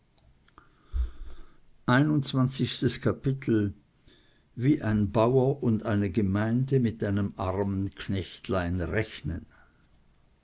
wie ein bauer und eine gemeinde mit einem armen knechtlein rechnen